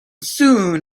soon